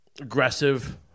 aggressive